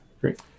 Great